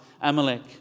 Amalek